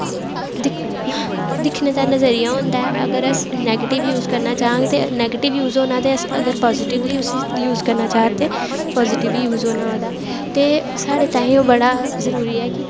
दिक्ख दिक्खने दा नजरिया होंदा ऐ अगर अस नैगटिव यूज करना चाह्ङ ते नैगटिव यूज होना ते अस अगर पाजिटिवली उसी यूज करना चाह् ते पाजिटिव यूज होना ओह्दा ते साढ़े ताईं ओह् बड़ा जरूरी ऐ कि